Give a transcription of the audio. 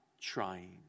trying